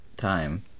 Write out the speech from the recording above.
time